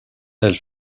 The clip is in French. elle